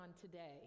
today